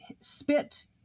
spit